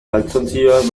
galtzontziloak